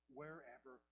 wherever